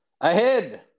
Ahead